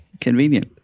Convenient